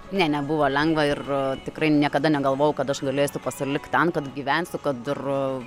ne nebuvo lengva ir tikrai niekada negalvojau kad aš galėsiu pasilikt ten kad gyvensiu kad ir